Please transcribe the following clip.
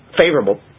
favorable